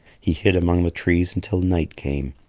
he hid among the trees until night came.